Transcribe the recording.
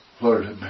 Lord